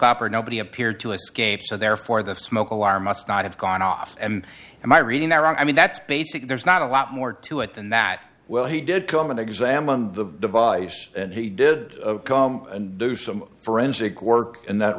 copper nobody appeared to escape so therefore the smoke alarm must not have gone off and in my reading that i mean that's basically there's not a lot more to it than that well he did come and examined the device and he did come and do some forensic work in that